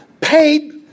paid